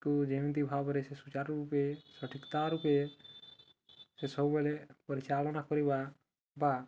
କୁ ଯେମିତି ଭାବରେ ସେ ସୁଚାରୁ ରୂପେ ସଠିକତା ରୂପେ ସେ ସବୁବେଳେ ପରିଚାଳନା କରିବା ବା